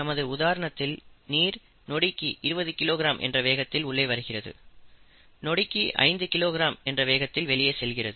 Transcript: நமது உதாரணத்தில் நீர் நொடிக்கு 20 கிலோகிராம் என்ற வேகத்தில் உள்ளே வருகிறது நொடிக்கு 5 கிலோகிராம் என்ற வேகத்தில் வெளியே செல்கிறது